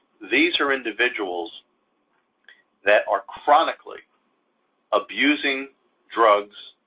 these are individuals that are chronically abusing drugs.